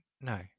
no